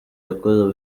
yakoze